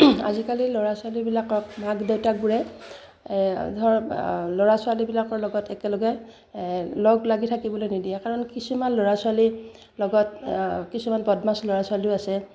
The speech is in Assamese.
আজিকালি ল'ৰা ছোৱালীবিলাকক মাক দেউতাকবোৰে ধৰক ল'ৰা ছোৱালীবিলাকৰ লগত একেলগে লগ লাগি থাকিবলৈ নিদিয়ে কাৰণ কিছুমান ল'ৰা ছোৱালীৰ লগত কিছুমান বদমাচ ল'ৰা ছোৱালীও আছে